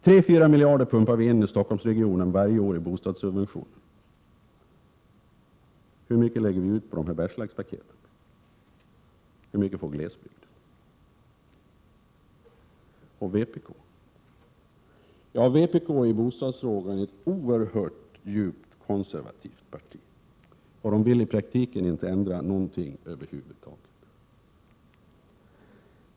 3-4 miljarder pumpar vi in i Stockholmsregionen varje år i bostadssubventioner. Hur mycket lägger vi ut på Bergslagspaketen? Hur mycket får glesbygden? Och vpk! Ja, vpk är i bostadsfrågan ett djupt konservativt parti och vill i praktiken över huvud taget inte ändra någonting.